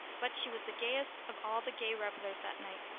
but she was the gayest of all the gay revellers that night,